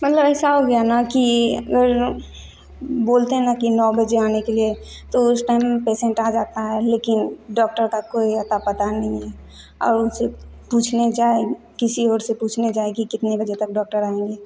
मतलब ऐसा हो गया ना कि वो अगर बोलते हैं ना कि नौ बजे आने के लिए तो उस टाइम पेशेंट आ जाता है लेकिन डॉक्टर का कोई अता पता नहीं है और उनसे पूछने जाए किसी और से पूछने जाएँ कि कितनी बजे तक डॉक्टर आएँगे